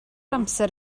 amser